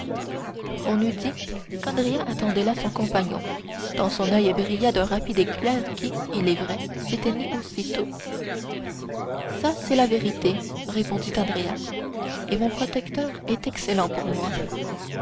on eût dit qu'andrea attendait là son compagnon tant son oeil brilla d'un rapide éclair qui il est vrai s'éteignit aussitôt ça c'est la vérité répondit andrea et mon protecteur est excellent pour moi